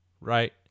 right